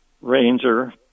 Ranger